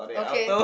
okay